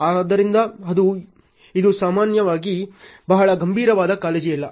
ಆದ್ದರಿಂದ ಅದು ಇದು ಸಾಮಾನ್ಯವಾಗಿ ಬಹಳ ಗಂಭೀರವಾದ ಕಾಳಜಿಯಲ್ಲ